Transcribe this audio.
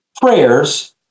prayers